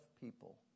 people